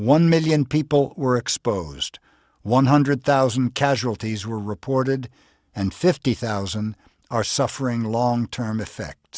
one million people were exposed one hundred thousand casualties were reported and fifty thousand are suffering long term effect